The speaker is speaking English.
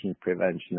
prevention